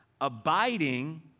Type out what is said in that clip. Abiding